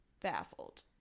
baffled